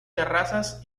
terrazas